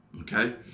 Okay